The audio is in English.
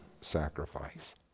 sacrifice